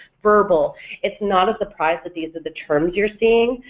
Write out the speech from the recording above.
verbal it's not a surprise that these are the terms you're seeing,